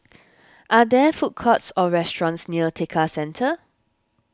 are there food courts or restaurants near Tekka Centre